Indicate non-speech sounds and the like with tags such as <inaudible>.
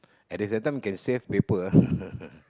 at this at times can save paper ah <laughs>